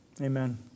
Amen